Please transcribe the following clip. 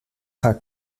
are